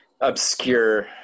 obscure